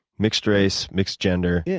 mixed race, mixed gender, yeah